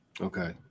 Okay